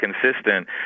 consistent